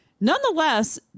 Nonetheless